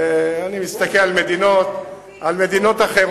אני מסתכל על מדינות אחרות,